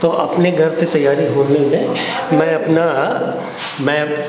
तो अपने घर पे तैयारी होने के बाद मैं आप मैं